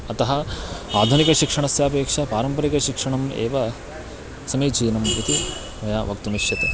अतः आधुनिकशिक्षणस्यापेक्षा पारम्परिकशिक्षणम् एव समीचीनम् इति मया वक्तुम् इष्यते